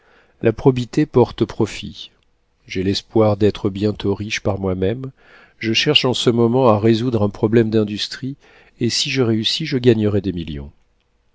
la probité porte profit j'ai l'espoir d'être bientôt riche par moi-même je cherche en ce moment à résoudre un problème d'industrie et si je réussis je gagnerai des millions